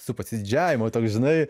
su pasididžiavimu toks žinai